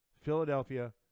Philadelphia